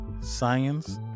science